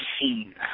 scene